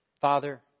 Father